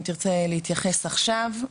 אם תרצה להתייחס עכשיו,